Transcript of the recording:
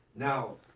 Now